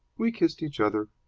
we kissed each other.